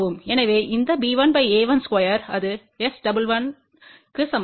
எனவே இந்த b1 a1ஸ்கொயர் இது S11க்கு சமம்